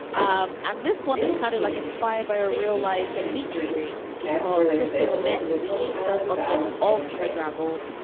um and this one is kind of like inspired by a real life meet and greets because crystal met the first objects of her drabble.